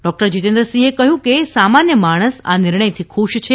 doctor જીતેન્દ્રસિંહે કહ્યું કે સામાન્ય માણસ આ નિર્ણયથી ખુશ છે